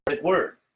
word